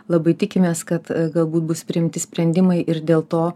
labai tikimės kad galbūt bus priimti sprendimai ir dėl to